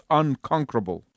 unconquerable